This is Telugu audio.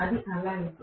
అది అలా ఎందుకు